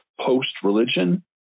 post-religion